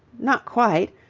not quite.